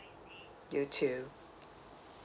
you too